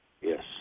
Yes